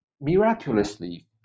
miraculously